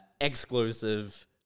exclusive